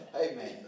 Amen